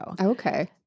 okay